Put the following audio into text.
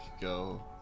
go